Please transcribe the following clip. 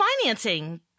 financing